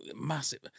massive